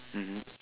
mmhmm